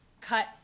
cut